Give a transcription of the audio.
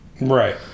Right